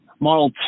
Model